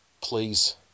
please